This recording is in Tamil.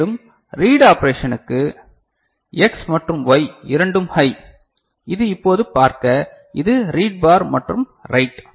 மேலும் ரீட் ஆப்பரேஷனுக்கு எக்ஸ் மற்றும் ஒய் இரண்டும் ஹை இது இப்போது பார்க்க இது ரீட் பார் மற்றும் ரைட்